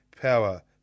power